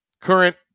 current